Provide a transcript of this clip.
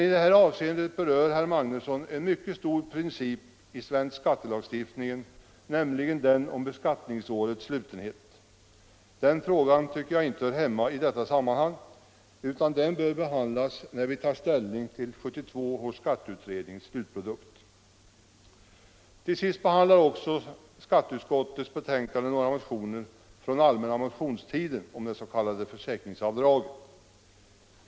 I det avseendet berör emellertid herr Magnusson en mycket viktig princip i svensk skattelagstiftning, nämligen den om beskattningsårets slutenhet. Den frågan tycker jag inte hör hemma i detta sammanhang, utan den bör behandlas när vi tar ställning till 1972 års skatteutrednings slutprodukt. Till sist behandlas också i skatteutskottets betänkande några motioner från allmänna motionstiden rörande det s.k. försäkringsavdraget.